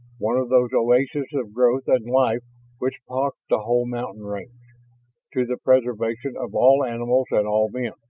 one of those oases of growth and life which pocked the whole mountain range to the preservation of all animals and all men.